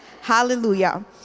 Hallelujah